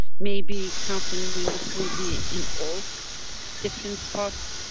maybe, council members will be in all different parts,